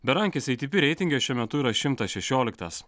berankis atp reitinge šiuo metu yra šimtas šešioliktas